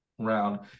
round